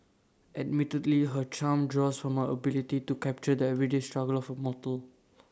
admittedly her charm draws from her ability to capture the everyday struggle of A mortal